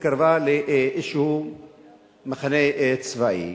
התקרבה לאיזה מחנה צבאי,